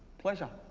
pleasure.